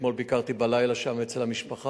אתמול בלילה ביקרתי שם, אצל המשפחה,